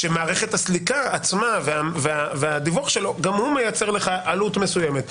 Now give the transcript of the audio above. כשמערכת הסליקה עצמה והדיווח שלו גם הוא מייצר לך עלות מסוימת.